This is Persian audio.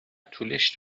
طولش